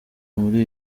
muri